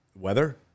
Weather